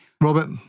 Robert